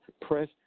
press